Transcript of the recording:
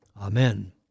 Amen